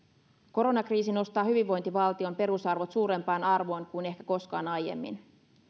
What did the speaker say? koronakriisi nostaa hyvinvointivaltion perusarvot suurempaan arvoon kuin ehkä koskaan aiemmin